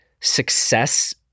success